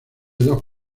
dos